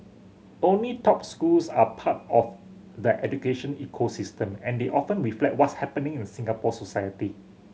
only top schools are part of the education ecosystem and they often reflect what's happening in Singapore society